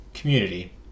community